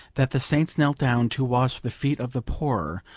that the saints knelt down to wash the feet of the poor,